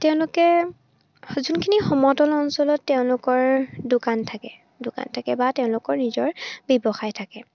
তেওঁলোকে যোনখিনি সমতল অঞ্চলত তেওঁলোকৰ দোকান থাকে দোকান থাকে বা তেওঁলোকৰ নিজৰ ব্যৱসায় থাকে